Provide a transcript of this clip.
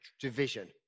division